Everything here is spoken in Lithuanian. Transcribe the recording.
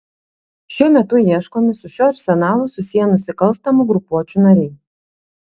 šiuo metu ieškomi su šiuo arsenalu susiję nusikalstamų grupuočių nariai